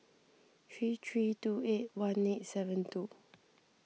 three three two eight one eight seven two